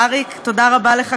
אריק, תודה רבה לך.